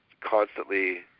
constantly